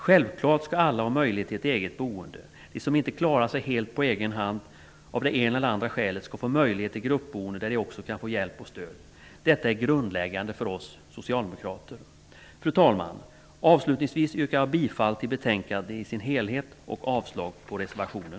Självfallet skall alla ha möjlighet till ett eget boende. De som inte kan klara sig helt på egen hand av det ena eller andra skälet, skall få möjlighet till ett gruppboende där de kan få hjälp och stöd. Detta är grundläggande för oss socialdemokrater. Fru talman! Avslutningsvis yrkar jag bifall till utskottets hemställan i sin helhet och avslag på reservationen.